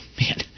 man